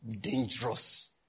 dangerous